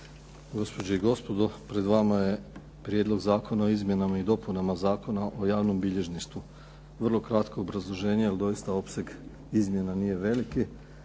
Gospođe i gospodo pred vama je Prijedlog zakona o izmjenama i dopunama Zakona o javnom bilježništvu. Vrlo kratko obrazloženje, jer doista opseg izmjena nije veliki.